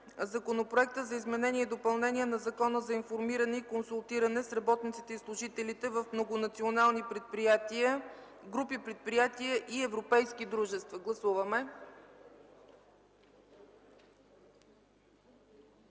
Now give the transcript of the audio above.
Законопроекта за изменение и допълнение на Закона за информиране и консултиране с работниците и служителите в многонационални предприятия, групи предприятия и европейски дружества. Гласуваме!